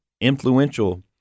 influential